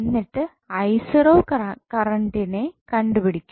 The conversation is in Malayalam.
എന്നിട്ട് കറണ്ടിനെ കണ്ടുപിടിക്കും